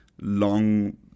long